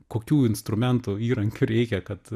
kokių instrumentų įrankių reikia kad